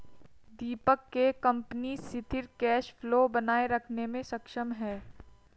दीपक के कंपनी सिथिर cash flow बनाए रखने मे सक्षम है